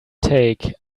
take